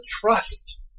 trust